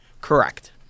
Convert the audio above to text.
Correct